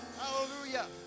Hallelujah